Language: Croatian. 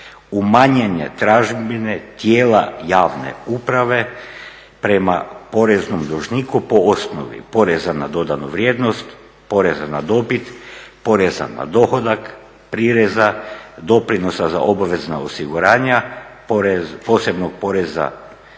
umanjene tražbine tijela javne uprave prema poreznom dužniku po osnovi poreza na dodanu vrijednost, poreza na dobit, poreza na dohodak, prireza, doprinosa za obavezna osiguranja, posebnog poreza